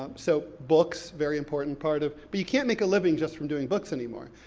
um so, books, very important part of. but you can't make a living just from doing books anymore,